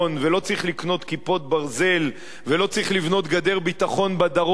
ולא צריך לקנות "כיפות ברזל" ולא צריך לבנות גדר ביטחון בדרום,